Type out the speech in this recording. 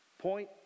Point